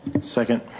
Second